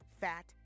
fat